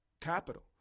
capital